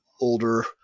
older